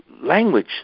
language